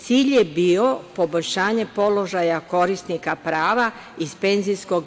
Cilj je bio poboljšanje položaja korisnika prava iz PIO.